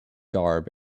garb